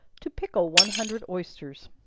to pickle one hundred oysters.